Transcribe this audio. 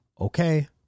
okay